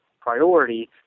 priority